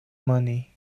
money